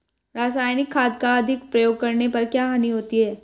रासायनिक खाद का अधिक प्रयोग करने पर क्या हानि होती है?